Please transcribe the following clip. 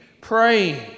praying